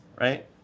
right